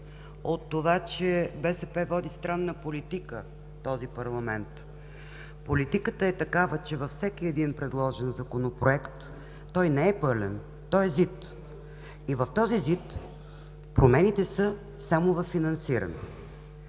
от това, че БСП води странна политика в този парламент. Политиката е такава, че във всеки един предложен законопроект, той не е пълен, той е ЗИД, и в този ЗИД промените са само във финансирането.